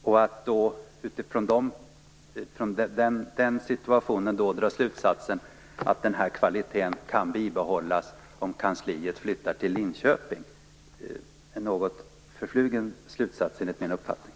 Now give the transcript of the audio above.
Drar man utifrån den situationen slutsatsen att den här kvaliteten kan bibehållas om kansliet flyttar till Linköping så drar man en något förflugen slutsats enligt min uppfattning.